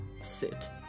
Sit